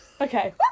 Okay